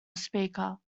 speaker